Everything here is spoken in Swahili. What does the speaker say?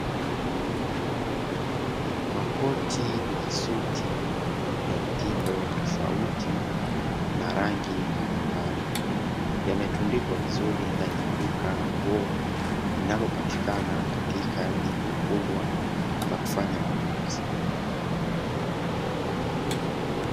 Makoti ya suti ya mitindo tofauti na rangi mbalimbali, yametundikwa vizuri ndani ya duka la nguo. Linalopatikana katika jengo kubwa la kufanya manunuzi.